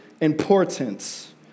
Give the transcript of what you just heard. importance